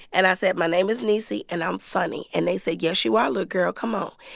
and i said, my name is niecy and i'm funny. and they said, yes, you are little girl, come on.